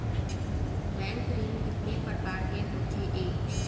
Bank ऋण कितने परकार के होथे ए?